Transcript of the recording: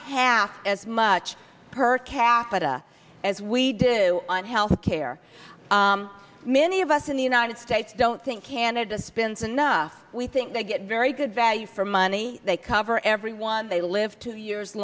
half as much per capita as we did on health care many of us in the united states don't think canada spins enough we think they get very good value for money they cover everyone they live two years